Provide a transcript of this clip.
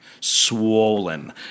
swollen